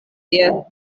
tie